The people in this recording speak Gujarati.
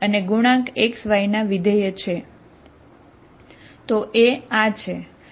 તો A આ છે